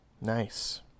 Nice